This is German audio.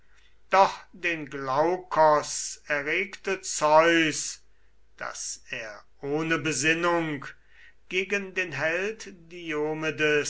doch den glaukos erregte zeus daß er ohne besinnung als nun